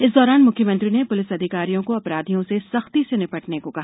इस दौरान मुख्यमंत्री ने पुलिस अधिकारियों को अपराधियों से सख्ती से निपटने को कहा